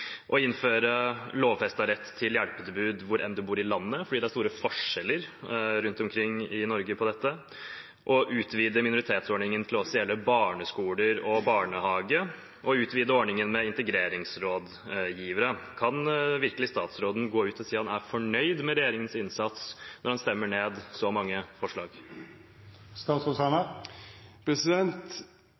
å innføre lovfestet rett til hjelpetilbud hvor en enn bor i landet – det er store forskjeller rundt omkring i Norge når det gjelder dette – å utvide minoritetsordningen til også å gjelde barneskole og barnehage og å utvide ordningen med integreringsrådgivere. Kan virkelig statsråden gå ut og si at han er fornøyd med regjeringens innsats, når han stemmer ned så mange